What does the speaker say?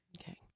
okay